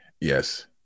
Yes